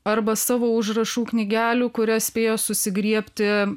arba savo užrašų knygelių kurias spėjo susigriebti